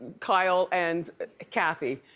kyle and kathy,